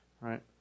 right